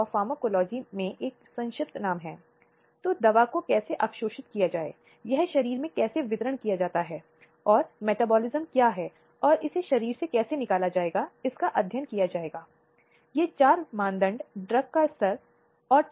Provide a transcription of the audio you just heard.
वैधानिक बलात्कार की अवधारणा है इस अर्थ में कि जब सहमति किसी व्यक्ति की बात की जा रही हो व्यक्ति 18 वर्ष या उससे अधिक होने पर सहमति देने में सक्षम है